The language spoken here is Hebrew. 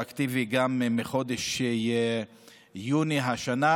רטרואקטיבית מחודש יוני השנה.